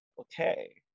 okay